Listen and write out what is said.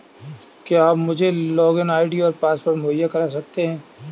क्या आप मुझे लॉगिन आई.डी और पासवर्ड मुहैय्या करवा सकते हैं?